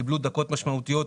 קיבלו דקות משמעותיות,